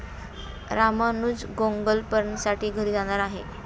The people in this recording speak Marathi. रामानुज पोंगलसाठी घरी जाणार आहे